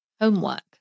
homework